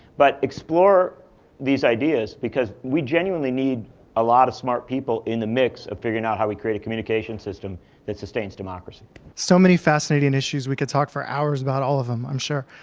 but explore these ideas, because we genuinely need a lot of smart people in the mix of figuring out how we create a communication system that sustains democracy. audience so many fascinating issues. we could talk for hours about all of them, i'm sure.